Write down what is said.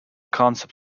concept